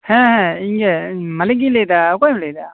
ᱦᱮᱸ ᱦᱮᱸ ᱤᱧᱜᱮ ᱢᱟᱞᱤᱠ ᱜᱮᱧ ᱞᱟ ᱭᱮᱫᱟ ᱚᱠᱚᱭᱮᱢ ᱞᱟ ᱭᱮᱫᱟ